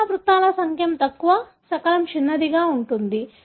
పునరావృతాల సంఖ్య తక్కువ శకలం చిన్నదిగా ఉంటుంది